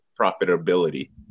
profitability